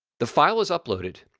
the file is uploaded,